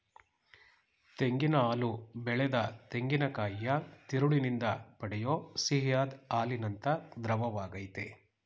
ತೆಂಗಿನ ಹಾಲು ಬೆಳೆದ ತೆಂಗಿನಕಾಯಿಯ ತಿರುಳಿನಿಂದ ಪಡೆಯೋ ಸಿಹಿಯಾದ್ ಹಾಲಿನಂಥ ದ್ರವವಾಗಯ್ತೆ